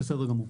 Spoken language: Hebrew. בסדר גמור.